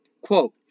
Quote